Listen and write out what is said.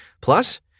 Plus